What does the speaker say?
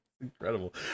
Incredible